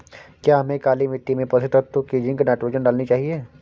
क्या हमें काली मिट्टी में पोषक तत्व की जिंक नाइट्रोजन डालनी चाहिए?